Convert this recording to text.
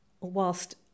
whilst